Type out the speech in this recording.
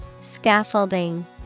Scaffolding